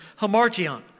hamartion